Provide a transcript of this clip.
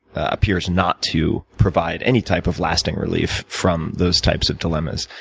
appears not to provide any type of lasting relief from those types of dilemmas.